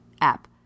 app